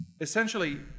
Essentially